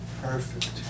Perfect